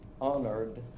honored